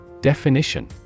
Definition